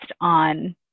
on